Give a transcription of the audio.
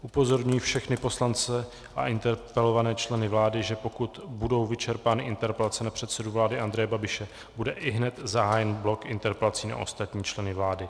Upozorňuji všechny poslance a interpelované členy vlády, že pokud budou vyčerpány interpelace na předsedu vlády Andreje Babiše, bude ihned zahájen blok interpelací na ostatní členy vlády.